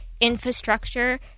infrastructure